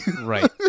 right